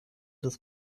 des